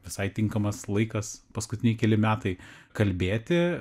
visai tinkamas laikas paskutiniai keli metai kalbėti